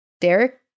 Derek